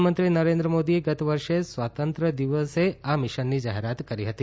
પ્રધાનમંત્રી નરેન્દ્ર મોદીએ ગત વર્ષે સ્વાતંત્ર દિવસે આ મિશનની જાહેરાત કરી હતી